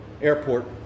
airport